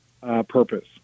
purpose